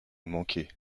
manquez